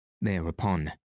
Thereupon